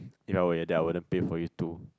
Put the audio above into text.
in a way that I wouldn't pay for you too